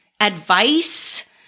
advice